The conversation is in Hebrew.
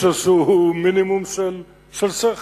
יש מינימום של שכל.